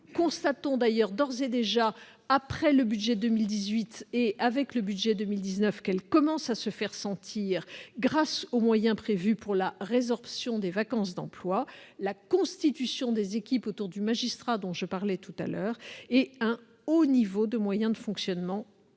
constatons d'ailleurs, après l'exécution du budget 2018 et avec le budget 2019 à venir, qu'elle commence déjà à se faire sentir grâce aux moyens prévus pour la résorption des vacances d'emploi, à la constitution des équipes entourant le magistrat que j'évoquais tout à l'heure, à un haut niveau de moyens de fonctionnement